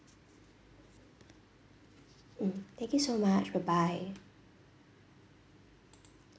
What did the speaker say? mm thank you so much goodbye